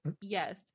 Yes